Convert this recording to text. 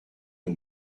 nos